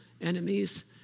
enemies